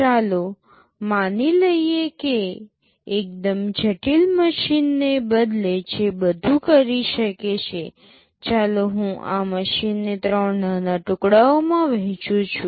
ચાલો હવે માની લઈએ કે એકદમ જટિલ મશીનને બદલે જે બધું કરી શકે છે ચાલો હું આ મશીનને ત્રણ નાના ટુકડાઓમાં વહેંચું છું